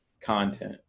content